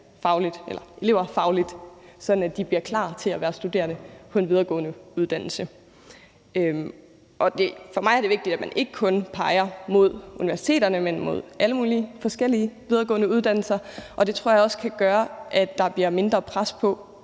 kan løfte eleverne fagligt, så de bliver klar til at være studerende på en videregående uddannelse. For mig er det vigtigt, at man ikke kun peger mod universiteterne, men mod alle mulige forskellige videregående uddannelser. Det tror jeg også kan gøre, at der i gymnasierne bliver mindre pres på,